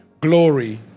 Glory